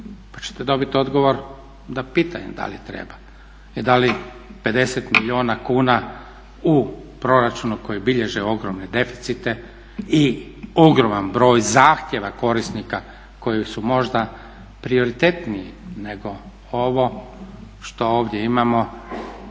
Pa ćete dobit odgovor da je pitanje da li treba i da li 50 milijuna kuna u proračunu koji bilježi ogromne deficite i ogroman broj zahtjeva korisnika koji su možda prioritetniji nego ovo što ovdje imamo,